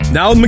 now